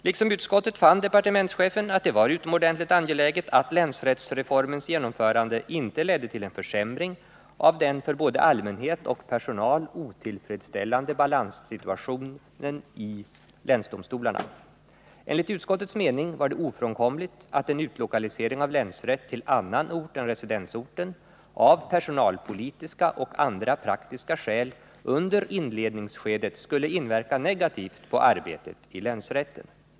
Liksom utskottet fann departementschefen att det var utomordentligt angeläget att länsrättsreformens genomförande inte ledde till en försämring av den för både allmänhet och personal otillfredsställande balanssituationen i länsdomstolarna. Enligt utskottets mening var det ofrånkomligt att en utlokalisering av länsrätt till annan ort än residensorten av personalpolitiska och andra praktiska skäl under inledningsskedet skulle inverka negativt på arbetet i länsrätten.